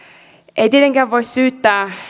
ei tietenkään voi syyttää